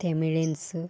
tamilians